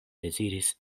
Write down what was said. deziris